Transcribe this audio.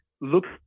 looks